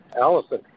allison